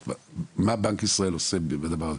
מה בנק ישראל עושה עם הדבר הזה?